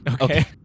Okay